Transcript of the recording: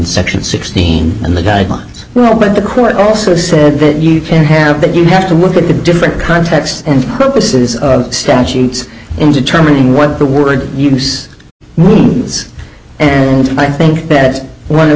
section sixteen and the guidelines were all but the court also said that you can't have that you have to look at the different contexts and purposes of statutes in determining what the word use is and i think that one of